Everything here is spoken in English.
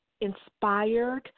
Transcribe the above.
inspired